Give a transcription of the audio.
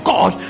God